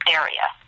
area